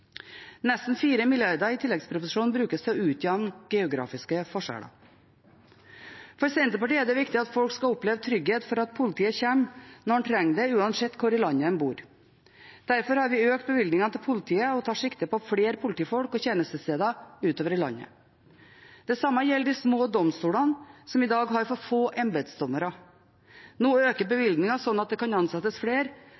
Nesten 4 mrd. kr i tilleggsproposisjonen brukes til å utjevne geografiske forskjeller. For Senterpartiet er det viktig at folk skal oppleve trygghet for at politiet kommer når man trenger det, uansett hvor i landet man bor. Derfor har vi økt bevilgningene til politiet og tar sikte på flere politifolk og tjenestesteder utover i landet. Det samme gjelder de små domstolene som i dag har for få embetsdommere. Nå øker